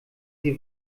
sie